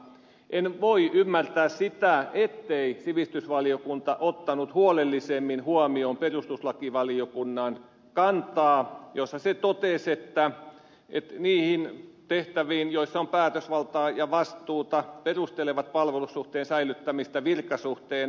en voi ymmärtää sitä ettei si vistysvaliokunta ottanut huolellisemmin huomioon perustuslakivaliokunnan kantaa jossa se totesi että tietyissä tehtävissä päätösvalta ja vastuu perustelevat palvelussuhteen säilyttämistä virkasuhteena